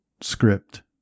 script